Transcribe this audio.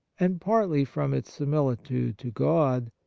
and partly from its similitude to god,